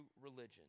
religion